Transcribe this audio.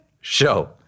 Show